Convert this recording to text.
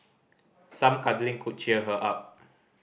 some cuddling could cheer her up